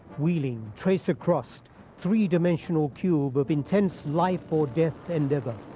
wheeling, tracer crossed three dimensional cube of intense life or death endeavor.